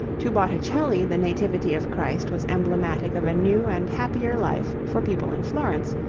to botticelli the nativity of christ was emblematic of a new and happier life for people in florence,